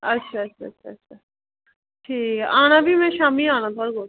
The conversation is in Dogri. अच्छा अच्छा आना भी में शामीं आना थुआढ़े कोल